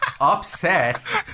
upset